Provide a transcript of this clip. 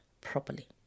properly